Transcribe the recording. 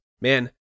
man